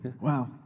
Wow